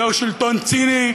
זהו שלטון ציני,